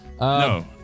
No